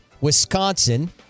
Wisconsin